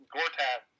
Gortat